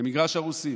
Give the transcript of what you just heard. למגרש הרוסים.